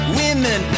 women